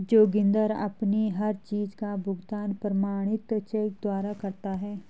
जोगिंदर अपनी हर चीज का भुगतान प्रमाणित चेक द्वारा करता है